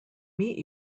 meet